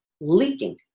leaking